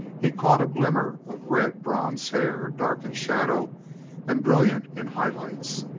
he caught a glimmer of red bronze hair, dark in shadow and brilliant in high lights,